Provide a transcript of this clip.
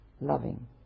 loving